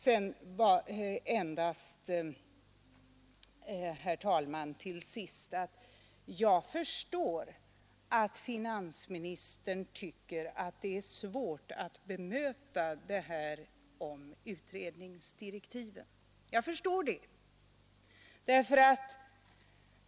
Jag förstår, herr talman, att finansministern tycker att det är svårt att bemöta det jag sade om utredningsdirektiven.